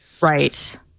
Right